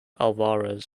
alvarez